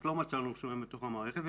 לא מצאנו את זה בתוך המערכת.